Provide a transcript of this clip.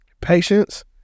patience